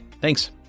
Thanks